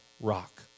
rock